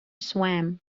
swam